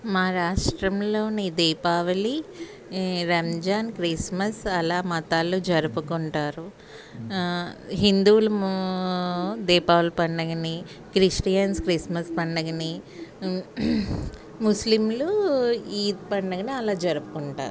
మా రాష్ట్రంలో దీపావళి రంజాన్ క్రిస్మస్ అలా మతాలు జరుపుకుంటారు హిందువులు దీపావళి పండుగను క్రిస్టియన్స్ క్రిస్మస్ పండుగను ముస్లింలు ఈద్ పండుగను అలా జరుపుకుంటారు